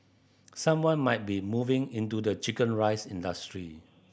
someone might be moving into the chicken rice industry